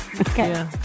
Okay